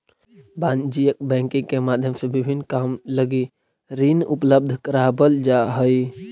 वाणिज्यिक बैंकिंग के माध्यम से विभिन्न काम लगी ऋण उपलब्ध करावल जा हइ